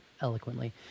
eloquently